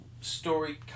story